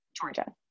Georgia